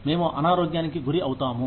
మేము అనారోగ్యానికి గురి అవుతాము